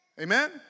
Amen